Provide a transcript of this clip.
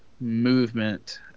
movement